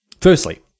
Firstly